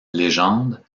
légende